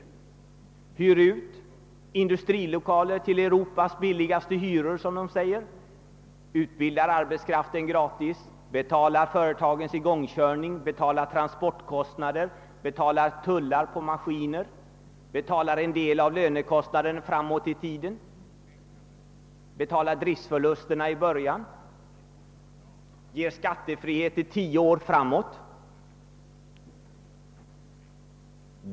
Man hyr ut industrilokaler till Europas lägsta hyror, som man säger, man utbildar arbetskraft gratis, betalar företagens igångkörning, betalar transportkostnader, betalar tullar och maskiner och betalar en del av lönekostnaden framåt i tiden, förutom driftförlusterna i början, och man ger skattefrihet tio år framåt.